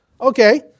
Okay